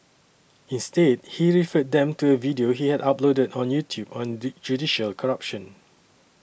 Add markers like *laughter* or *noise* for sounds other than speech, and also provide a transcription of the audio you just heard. instead he referred them to a video he had uploaded on YouTube on *unintelligible* judicial corruption